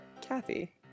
Kathy